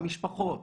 המשפחות,